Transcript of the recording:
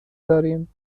داریم